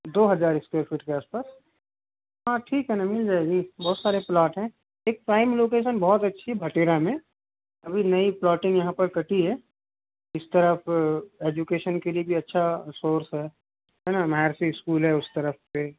दो हज़ार square feet के आस पास हाँ ठीक है ना मिल जाएगी बहुत सारे प्लॉट हैं एक प्राइम लोकेशन बहुत अच्छी है भटेरा में अभी नई प्लॉटिंग यहाँ पर कटी है इस तरफ़ एजुकेशन के लिए भी अच्छा सोर्स है है ना माह ऋषि स्कूल है उस तरह से